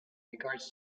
regards